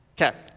Okay